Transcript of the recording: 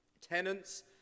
Tenants